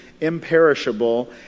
imperishable